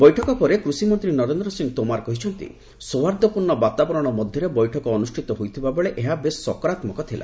ବୈଠକ ପରେ କୃଷିମନ୍ତ୍ରୀ ନରେନ୍ଦ୍ର ସିଂହ ତୋମାର କହିଛନ୍ତି ସୌହାର୍ଦ୍ଦ୍ୟପୂର୍ଣ୍ଣ ବାତାବରଣ ମଧ୍ୟରେ ବୈଠକ ଅନୁଷ୍ଠିତ ହୋଇଥିବାବେଳେ ଏହା ବେଶ୍ ସକରାତ୍ମକ ଥିଲା